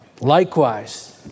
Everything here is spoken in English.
Likewise